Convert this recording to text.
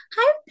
hi